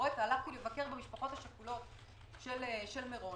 הלכתי לבקר במשפחות השכולות של הרוגי מירון.